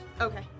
Okay